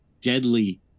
deadly